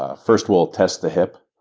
ah first we'll test the hip,